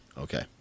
Okay